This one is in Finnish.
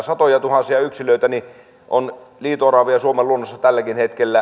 satojatuhansia yksilöitä on liito oravia suomen luonnossa tälläkin hetkellä